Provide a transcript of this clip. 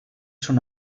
son